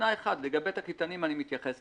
בתנאי אחד: לגבי תקליטנים אנחנו מוכנים,